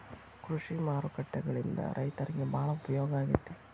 ಕೃಷಿ ಮಾರುಕಟ್ಟೆಗಳಿಂದ ರೈತರಿಗೆ ಬಾಳ ಉಪಯೋಗ ಆಗೆತಿ